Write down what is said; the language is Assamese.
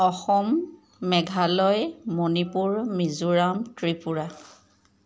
অসম মেঘালয় মণিপুৰ মিজোৰাম ত্ৰিপুৰা